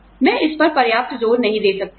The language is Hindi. मैं इस पर पर्याप्त जोर नहीं दे सकती हूँ